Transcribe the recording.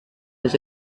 his